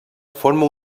forma